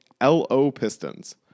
LOPISTONS